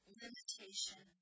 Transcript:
limitation